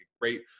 great